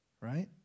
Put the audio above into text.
Right